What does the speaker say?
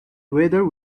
whether